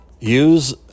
use